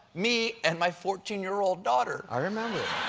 me, and my fourteen year old daughter. i remember.